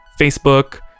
Facebook